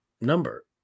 number